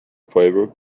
fibers